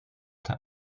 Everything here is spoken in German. der